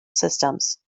systems